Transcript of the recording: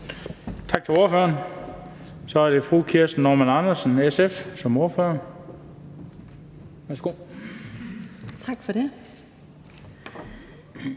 Tak til ordføreren. Så er det fru Kirsten Normann Andersen, SF, som ordfører.